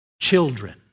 children